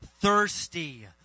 thirsty